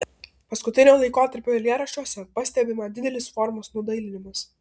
paskutinio laikotarpio eilėraščiuose pastebima didelis formos nudailinimas